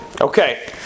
Okay